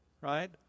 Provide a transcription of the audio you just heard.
right